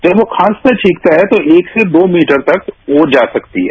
जब हम खांसते छिक्ते हैं तो एक से दो मीटर तक वो जा सकती है